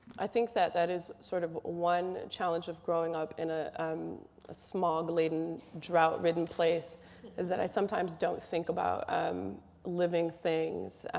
i think that that is sort of one challenge of growing up in ah um a smog laden, drought ridden place is that i sometimes don't think about um living things